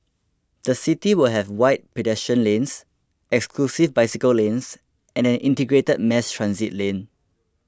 the city will have wide pedestrian lanes exclusive bicycle lanes and an integrated mass transit lane